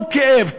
כל כאב,